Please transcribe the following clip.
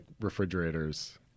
refrigerators